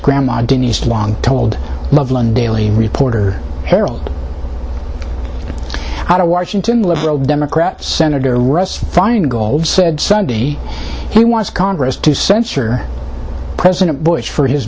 grandma denise long told loveland daily reporter harold out of washington liberal democrat senator russ feingold said sunday he wants congress to censure president bush for his